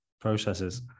processes